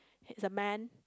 he is a man